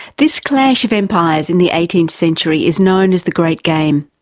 this clash of empires in the eighteenth century is known as the great game.